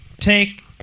take